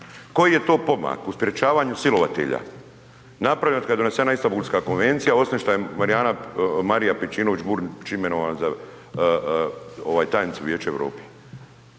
Koji je to pomak u sprječavanju silovatelja napravljen otkad je donesena Istambulska konvencija, osim što je Marijana, Marija Pejčinović Burić imenovana za tajnicu Vijeća Europe?